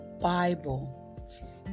Bible